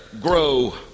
grow